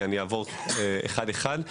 כי אני אעבור אחד אחד.